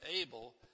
able